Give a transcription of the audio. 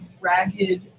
ragged